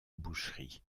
boucherie